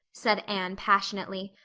said anne passionately.